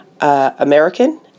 American